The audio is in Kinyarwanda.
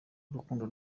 urukundo